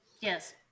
Yes